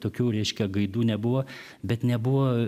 tokių reiškia gaidų nebuvo bet nebuvo